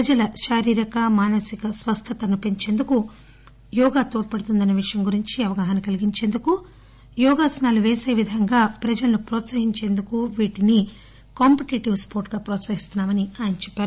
ప్రజల శారీరక మానసిక స్వస్థతను పెంచేందుకు యోగా తోడ్పడుతుందన్న విషయం గురించి అవగాహన కలిగించేందుకు యోగాసనాలు వేసి విధంగా ప్రతిభను హ్రోత్పహించేందుకు వీటిని పోటీకి వీలున్న క్రీడగా ప్రోత్సహిస్తున్నా మని ఆయన చెప్పారు